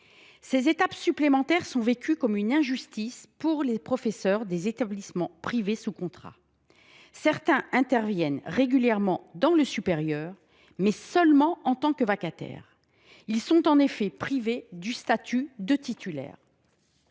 Ces étapes supplémentaires sont vécues comme une injustice pour les professeurs des établissements privés sous contrat. Certains interviennent régulièrement dans le supérieur, mais seulement en tant que vacataires. Ils sont en effet privés du statut de titulaire.